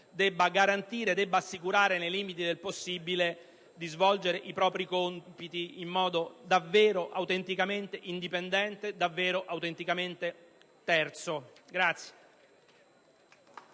debba garantire e assicurare, nei limiti del possibile, lo svolgimento dei propri compiti in modo davvero autenticamente indipendente e davvero autenticamente terzo.